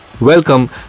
Welcome